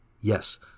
Yes